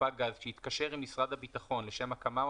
רישיוןספק גז שהתקשר עם משרד הביטחון לשם הקמה או